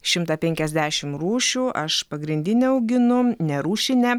šimtą penkiasdešim rūšių aš pagrindinę auginu ne rūšinę